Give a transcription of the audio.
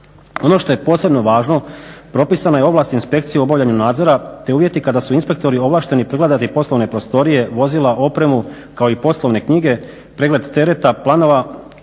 Ono što je posebno važno propisano je ovlastima inspekcije u obavljanju nadzora te uvjeti kada su inspektori ovlašteni pregledati poslovne prostorije, vozila, opremu, kao i poslovne knjige, pregled tereta, planova,